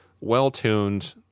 well-tuned